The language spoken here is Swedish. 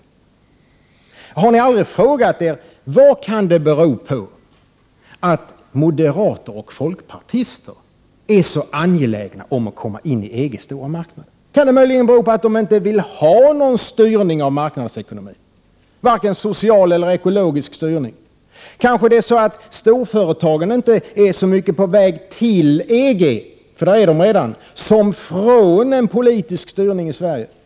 Har ni aldrig frågat er vad det kan bero på att moderater och folkpartister är så angelägna om att vi skall komma in på EG:s stormarknad? Kan det bero på att de inte vill ha vare sig någon social eller ekologisk styrning av marknadsekonomin? Kanske är det så att storföretagen inte är så mycket på väg till EG — för där är de redan — som från en politisk styrning i Sverige.